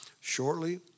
Shortly